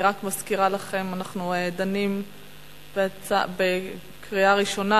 אני רק מזכירה לכם שאנחנו דנים בקריאה ראשונה